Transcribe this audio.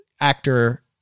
actor